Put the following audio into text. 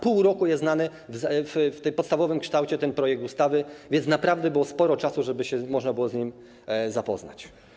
Pół roku jest znany w tym podstawowym kształcie ten projekt ustawy, więc naprawdę było sporo czasu, żeby się można było z nim zapoznać.